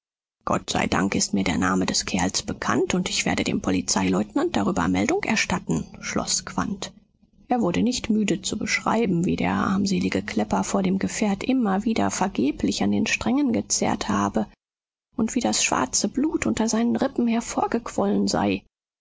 gott sei dank ist mir der name des kerls bekannt und ich werde dem polizeileutnant darüber meldung erstatten schloß quandt er wurde nicht müde zu beschreiben wie der armselige klepper vor dem gefährt immer wieder vergeblich an den strängen gezerrt habe und wie das schwarze blut unter seinen rippen hervorgequollen sei